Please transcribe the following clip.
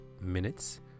minutes